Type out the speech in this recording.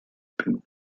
bin